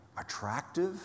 Attractive